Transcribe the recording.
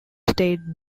stayed